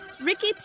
Ricky